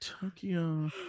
Tokyo